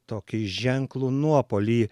tokį ženklų nuopuolį